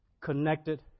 connected